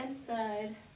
inside